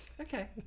Okay